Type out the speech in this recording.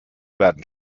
werden